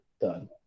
done